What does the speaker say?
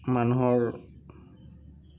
মানুহৰ